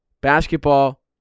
basketball